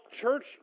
church